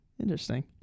Interesting